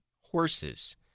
horses